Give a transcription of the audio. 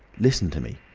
listen to me.